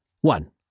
One